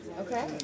Okay